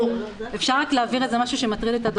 אפשר רק להבהיר משהו שמטריד את אדוני?